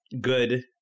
Good